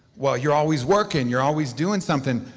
well, you're always working, you're always doing something,